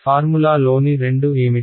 formula లోని రెండు ఏమిటి